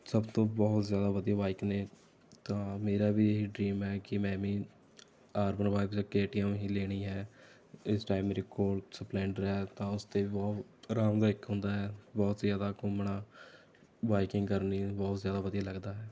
ਸਭ ਤੋਂ ਬਹੁਤ ਜ਼ਿਆਦਾ ਵਧੀਆ ਬਾਈਕ ਨੇ ਤਾਂ ਮੇਰਾ ਵੀ ਇਹ ਡਰੀਮ ਹੈ ਕਿ ਮੈਂ ਵੀ ਆਰ ਵੰਨ ਫਾਈਵ ਅਤੇ ਕੇਟੀਐੱਮ ਹੀ ਲੈਣੀ ਹੈ ਇਸ ਟਾਈਮ ਮੇਰੇ ਕੋਲ ਸਪਲੈਂਡਰ ਹੈ ਤਾਂ ਉਸ 'ਤੇ ਵੀ ਬਹੁਤ ਆਰਾਮਦਾਇਕ ਹੁੰਦਾ ਹੈ ਬਹੁਤ ਜ਼ਿਆਦਾ ਘੁੰਮਣਾ ਬਾਈਕਿੰਗ ਕਰਨੀ ਬਹੁਤ ਜ਼ਿਆਦਾ ਵਧੀਆ ਲੱਗਦਾ ਹੈ